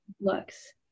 looks